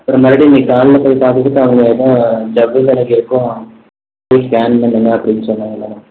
அப்புறமேல்ட்டு இன்னிக்கு காலையில் போய் பார்த்ததுக்கு அவங்க எதோ ஜவ்வு விலகியிருக்கும் போய் ஸ்கேன் பண்ணுங்க அப்படின்னு சொன்னாங்க மேடம்